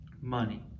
money